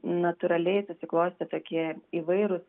natūraliai susiklostė tokie įvairūs